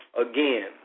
again